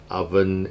oven